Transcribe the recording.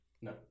no